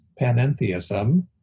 panentheism